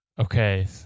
Okay